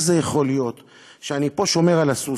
זה יכול היות שאני פה שומר על הסוס,